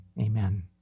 Amen